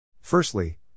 Firstly